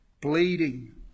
bleeding